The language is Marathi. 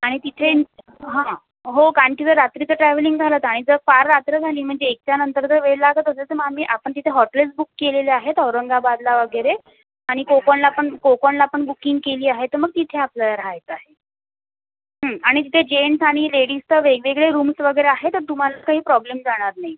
आणि तिथे हा हा हो कारण की जर रात्रीच ट्रॅव्हेलिंग झालंच आणि जर फार रात्र झाली म्हणजे एकच्या नंतर जर वेळ लागत असेल तर मग आम्ही आपण तिथे हॉटेल्स बुक केलेले आहेत औरंगाबादला वगैरे आणि कोकणला पण कोकणला पण बुकिंग केली आहे तर मग तिथे आपल्याला राहायचं आहे आणि तिथे जेंटस आणि लेडीजचं वेगवेगळे रूम्स वगैरे आहेत तर तुम्हाला काही प्रॉब्लेम जाणार नाही